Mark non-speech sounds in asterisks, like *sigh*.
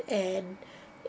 and *breath*